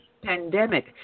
pandemic